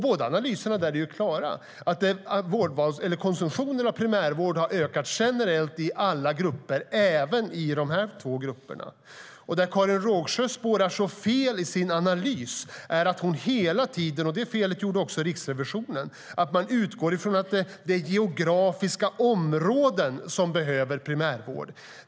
Båda analyserna är tydliga: Konsumtionen av primärvård har ökat generellt i alla grupper, även i de här två grupperna. Karin Rågsjö spårar fel i sin analys när hon hela tiden utgår från att det är geografiska områden som behöver primärvård. Det felet gjorde också Riksrevisionen.